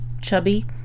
chubby